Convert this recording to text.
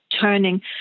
turning